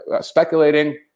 speculating